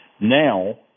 Now